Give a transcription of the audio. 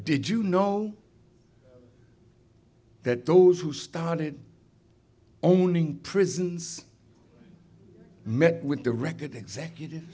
did you know that those who started owning prisons met with the record executives